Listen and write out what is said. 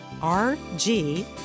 rg